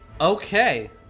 okay